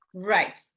Right